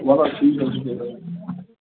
وَل حظ ٹھیٖک حظ چھِ